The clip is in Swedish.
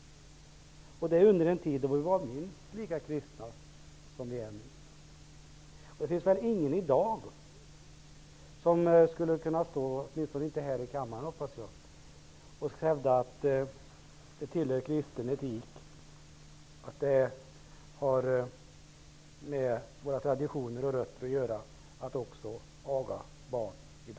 Det var under en tid då vi var minst lika kristna som i dag. Det finns väl ingen, åtminstone inte här i kammaren hoppas jag, som i dag skulle hävda att det tillhör kristen etik och har med våra traditioner och rötter att göra att aga barn.